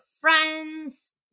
friends